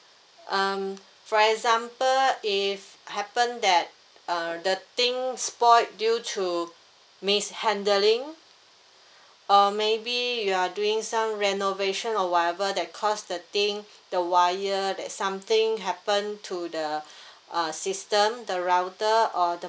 um for example if happen that uh the thing spoiled due to mishandling uh maybe you are doing some renovation or whatever that cause the thing the wire that something happen to the uh system the router or the